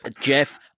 Jeff